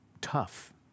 tough